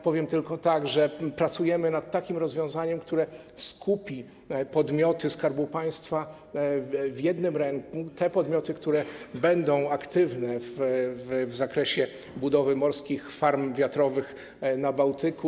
Powiem tylko, że pracujemy nad takim rozwiązaniem, które pozwoli skupić podmioty Skarbu Państwa w jednym ręku, te podmioty, które będą aktywne w zakresie budowy morskich farm wiatrowych na Bałtyku.